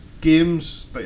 games